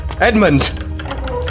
Edmund